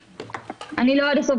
אנחנו לא רוצים